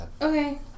Okay